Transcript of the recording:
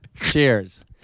Cheers